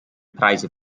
preise